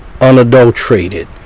unadulterated